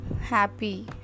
happy